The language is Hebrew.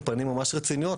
בפנים ממש רציניות,